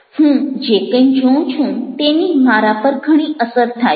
હું જે કંઈ જોઉં છું તેની મારા પર ઘણી અસર થાય છે